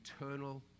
eternal